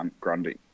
Grundy